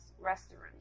restaurant